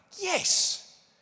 yes